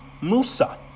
Musa